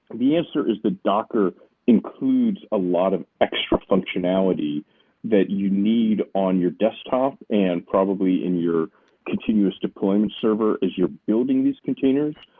the answer is that docker includes a lot of extra functionality that you need on your desktop and probably in your continuous deployment server as you're building these containers,